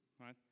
right